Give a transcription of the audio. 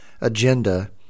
agenda